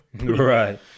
right